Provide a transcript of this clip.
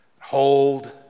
hold